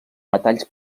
metalls